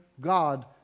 God